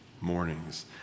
mornings